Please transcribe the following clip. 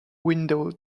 window